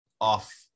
off